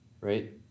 right